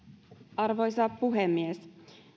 arvoisa puhemies